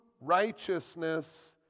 righteousness